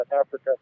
Africa